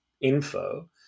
info